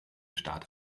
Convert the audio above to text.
start